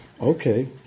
Okay